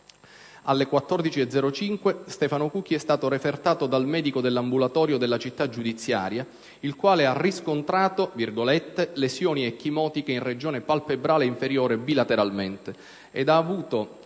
ore 14,05, Stefano Cucchi è stato refertato dal medico dell'ambulatorio della città giudiziaria, il quale ha riscontrato «lesioni ecchimotiche in regione palpebrale inferiore bilateralmente» ed ha avuto